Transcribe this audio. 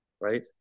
right